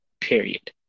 Period